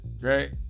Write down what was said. right